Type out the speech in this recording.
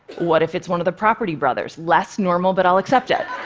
what if it's one of the property brothers? less normal, but i'll accept it.